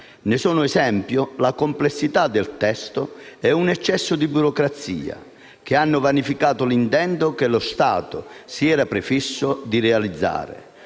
Ne sono esempio la complessità del testo e un eccesso di burocrazia, che hanno vanificato l'intento che lo Stato si era prefisso di realizzare: